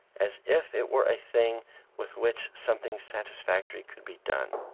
as if it were a thing with which something satisfactory could be done.